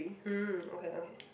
mm okay okay